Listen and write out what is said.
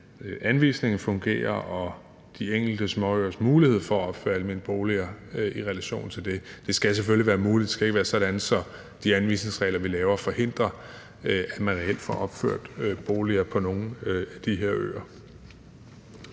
anvisningen fungerer og de enkelte småøers mulighed for at opføre almene boliger i relation til det. Det skal selvfølgelig være muligt, for det skal ikke være sådan, at de anvisningsregler, vi laver, forhindrer, at man reelt får opført boliger på nogen af de her øer.